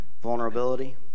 vulnerability